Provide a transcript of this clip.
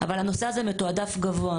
אבל הנושא הזה מתועדף גבוה.